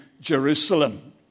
Jerusalem